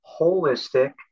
holistic